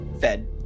fed